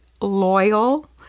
loyal